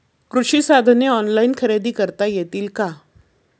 कृषी साधने ऑनलाइन खरेदी करता येतील का?